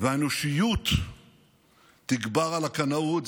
והאנושיות תגבר על הקנאות.